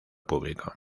público